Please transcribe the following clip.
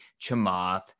Chamath